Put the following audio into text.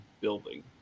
building